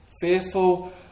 fearful